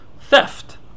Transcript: theft